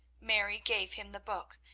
mary gave him the book,